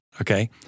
Okay